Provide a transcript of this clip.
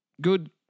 good